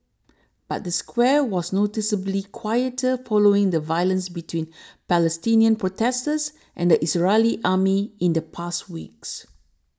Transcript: but the square was noticeably quieter following the violence between Palestinian protesters and the Israeli army in the past weeks